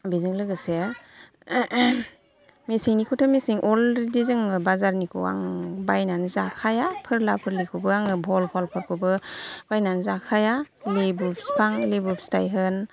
बेजों लोगोसे मेसेंनिखौथ' मेसें अलरेडि जोङो बाजारनिखौ आं बायनानै जाखाया फोर्ला फोर्लिखौबो आङो भहलफोरखौबो बायनानै जाखाया लेबु फिफां लेबु फिथाइ होन